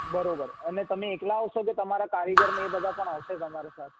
બરાબર અને તમે એકલા આવશો કે તમારા કારીગરને એ બધા પણ આવશે તમારી સાથે